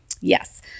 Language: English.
Yes